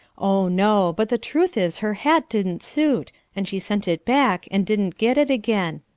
oh, no. but the truth is her hat didn't suit, and she sent it back and didn't get it again.